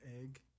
egg